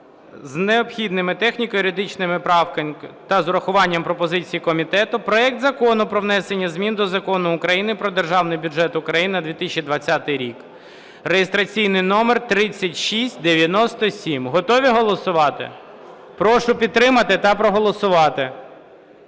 з необхідними техніко-юридичними правками та з урахуванням пропозицій комітету проект Закону про внесення змін до Закону України "Про Державний бюджет України на 2020 рік" (реєстраційний номер 3697). Готові голосувати? Прошу підтримати та проголосувати.